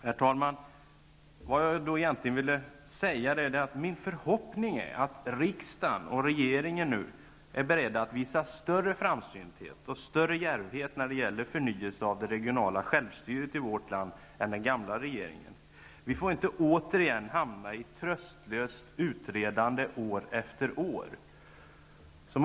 Herr talman! Min förhoppning är att riksdagen och regeringen nu är beredda att visa större framsynhet och djärvhet när det gäller förnyelse av det regionala självstyret i vårt land än den gamla regeringen. Vi får inte återigen hamna i ett tröstlöst utredande år efter år.